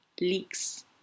leaks